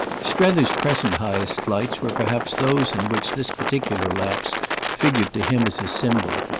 strether's present highest flights were perhaps those in which this particular lapse figured to him as a symbol,